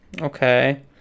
okay